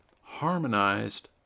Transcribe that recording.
harmonized